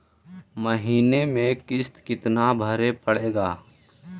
महीने में किस्त कितना भरें पड़ेगा?